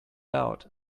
out